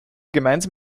gemeinsam